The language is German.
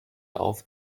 auf